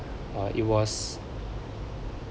uh it was